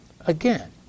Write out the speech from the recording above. Again